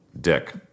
dick